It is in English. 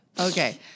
Okay